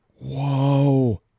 whoa